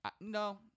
No